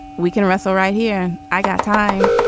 we can wrestle right here. i got time.